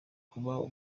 kuba